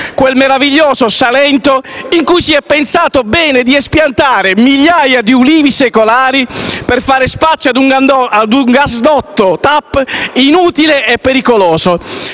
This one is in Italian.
al meraviglioso Salento, in cui si è pensato bene di espiantare migliaia di ulivi secolari per fare spazio a un gasdotto inutile e pericoloso.